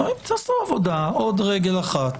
חברים, תעשו עבודה, עוד רגל אחת.